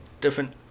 different